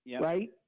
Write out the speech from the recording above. right